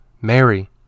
Mary